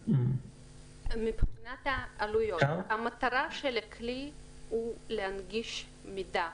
מבחינת העלויות המטרה של הכלי היא להנגיש מידע,